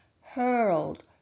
hurled